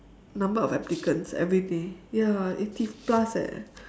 number of applicants everyday ya eighty plus eh